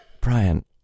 Brian